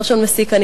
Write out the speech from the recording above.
גרשון מסיקה,